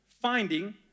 finding